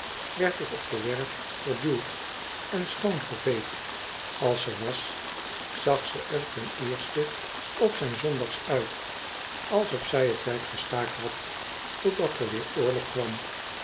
werd ik op de werf verduwd en schoongeveegd als ze was zag ze er ten eerste op zijn zondags uit alsof zij t werk gestaakt had totdat er weer oorlog kwam